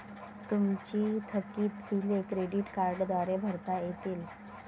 तुमची थकीत बिले क्रेडिट कार्डद्वारे भरता येतील